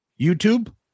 YouTube